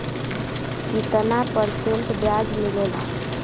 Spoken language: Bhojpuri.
कितना परसेंट ब्याज मिलेला?